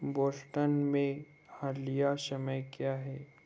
Boston में हलिया समय क्या है